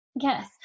Yes